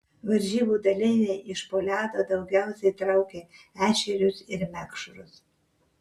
varžybų dalyviai iš po ledo daugiausiai traukė ešerius ir mekšrus